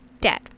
dead